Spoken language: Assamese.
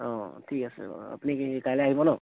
অ ঠিক আছে বাৰু আপুনি কাইলৈ আহিব ন'